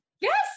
Yes